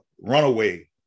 runaway